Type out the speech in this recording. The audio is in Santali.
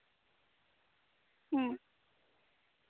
ᱦᱮᱸ